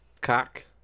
cock